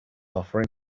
offering